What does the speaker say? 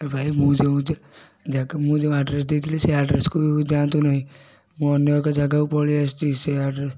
ଭାଇ ମୁଁ ଯୋଉଁ ଜା ଜାଗା ମୁଁ ଯୋଉଁ ଆଡ୍ରେସ୍ ଦେଇଥିଲି ସେ ଆଡ୍ରେସ୍କୁ ଯାଆନ୍ତୁ ନାହିଁ ମୁଁ ଅନ୍ୟ ଏକ ଜାଗାକୁ ପଳିଆସିଚି ସେ ଆଡ୍ରେସ୍